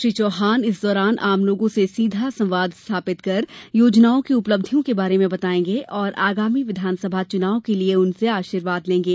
श्री चौहान इस दौरान आम लोगों से सीधा संवाद स्थापित कर योजनाओं की उपलब्धियों के बारे में बताएंगे और आगामी विधानसभा चुनाव के लिए उनसे आशीर्वाद लेंगे